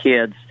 kids